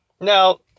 Now